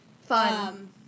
Fun